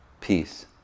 peace